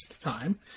time